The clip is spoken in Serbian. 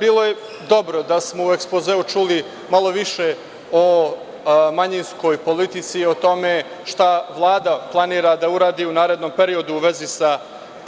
Bilo je dobro da smo u ekspozeu čuli malo više o manjinskoj politici i o tome šta Vlada planira da uradi u narednom periodu, u vezi sa